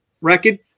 record